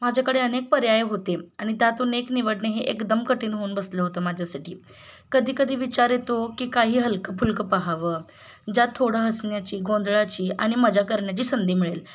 माझ्याकडे अनेक पर्याय होते आणि त्यातून एक निवडणे हे एकदम कठीण होऊन बसलं होतं माझ्यासाठी कधीकधी विचार येतो की काही हलकंफुलकं पाहावं ज्यात थोडं हसण्याची गोंंधळाची आणि मजा करण्याची संधी मिळेल